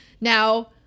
Now